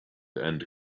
and